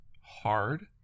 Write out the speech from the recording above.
hard